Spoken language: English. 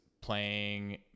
playing